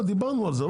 --- דיברנו על זה.